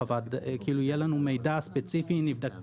יהיה לנו מידע ספציפי, נבדוק תלונות,